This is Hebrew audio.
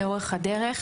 לאורך הדרך.